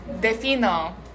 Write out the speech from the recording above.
defino